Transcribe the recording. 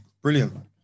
brilliant